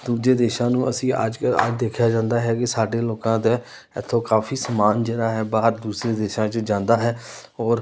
ਦੂਜੇ ਦੇਸ਼ਾਂ ਨੂੰ ਅਸੀਂ ਅੱਜ ਅੱਜ ਦੇਖਿਆ ਜਾਂਦਾ ਹੈ ਕਿ ਸਾਡੇ ਲੋਕਾਂ ਦਾ ਇੱਥੋਂ ਕਾਫੀ ਸਮਾਨ ਜਿਹੜਾ ਹੈ ਬਾਹਰ ਦੂਸਰੇ ਦੇਸ਼ਾਂ 'ਚ ਜਾਂਦਾ ਹੈ ਔਰ